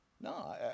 No